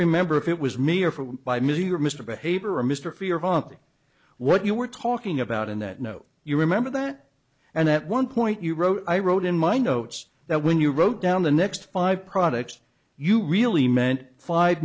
remember if it was me or from by me or mr behavior or mr fear vomiting what you were talking about in that note you remember that and at one point you wrote i wrote in my notes that when you wrote down the next five products you really meant five